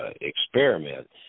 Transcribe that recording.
experiment